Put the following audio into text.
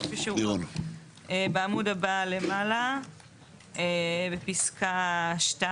בעמוד הבא למעלה בפסקה (2)